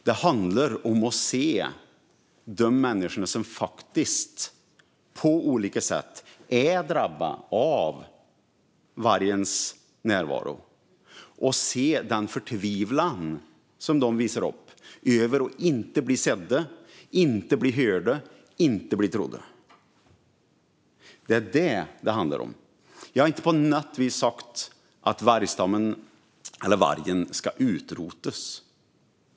Det handlar om att se de människor som faktiskt på olika sätt är drabbade av vargens närvaro och se den förtvivlan som de visar upp över att inte bli sedda, inte bli hörda och inte bli trodda. Det är detta det handlar om. Jag har inte på något sätt sagt att vargen ska utrotas.